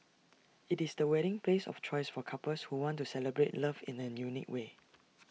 IT is the wedding place of choice for couples who want to celebrate love in an unique way